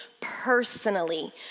personally